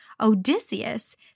Odysseus